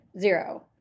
Zero